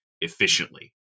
efficiently